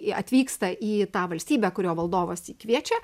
atvyksta į tą valstybę kurio valdovas jį kviečia